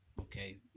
Okay